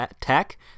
tech